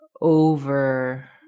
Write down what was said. over